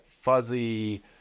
fuzzy